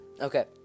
Okay